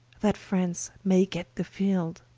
that france may get the field.